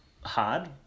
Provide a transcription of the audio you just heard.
hard